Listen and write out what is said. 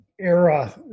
era